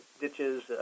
ditches